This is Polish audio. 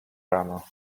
rano